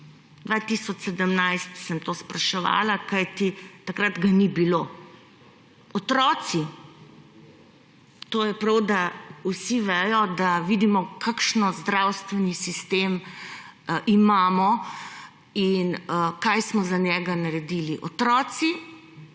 2017 sem to spraševala, kajti takrat ga ni bilo. Prav je, da vsi vedo, da vidimo, kakšen zdravstveni sistem imamo in kaj smo za njega naredili. Otroci